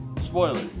Spoiler